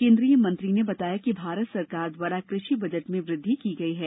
केन्द्रीय मंत्री ने बताया कि भारत सरकार द्वारा कृषि बजट में वृद्धि की गई है